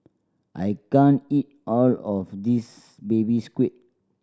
I can't eat all of this Baby Squid